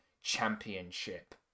Championship